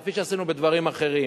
כפי שעשינו בדברים אחרים.